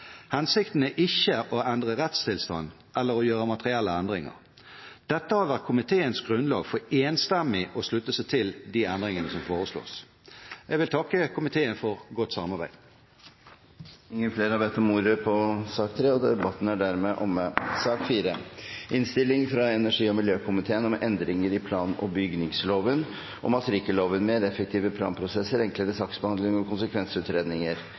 Hensikten er ikke å endre rettstilstanden eller å gjøre materielle endringer. Dette har vært komiteens grunnlag for enstemmig å slutte seg til de endringene som foreslås. Jeg vil takke komiteen for godt samarbeid. Flere har ikke bedt om ordet til sak nr. 3. Etter ønske fra energi- og miljøkomiteen vil presidenten foreslå at taletiden blir begrenset til 5 minutter til hver partigruppe og